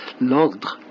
L'Ordre